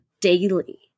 Daily